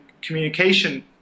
communication